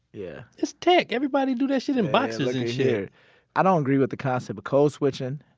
yeah it's tech, everybody do that shit in boxes and shit i don't agree with the concept, but code switching,